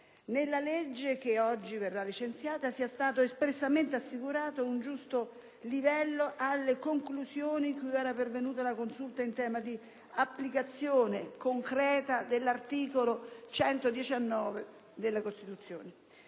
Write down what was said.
nella legge che oggi verrà licenziata sia stato espressamente assicurato un giusto rilievo alle conclusioni cui era pervenuta la Consulta in tema di applicazione concreta dell'articolo 119 della Costituzione.